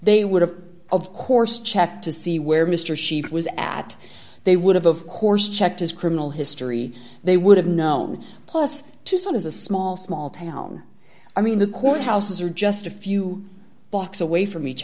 they would have of course checked to see where mr she was at they would have of course checked his criminal history they would have known plus tucson is a small small town i mean the courthouses are just a few blocks away from each